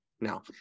now